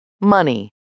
Money